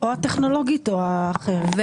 הטכנולוגית או האחרת.